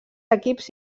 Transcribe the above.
equips